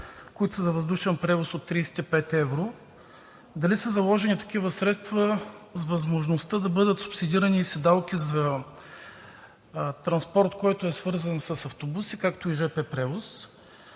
които са за въздушен превоз, от 35 евро? Дали са заложени такива средства с възможността да бъдат субсидирани и седалки за транспорт, който е свързан с автобуси, както и жп превоз?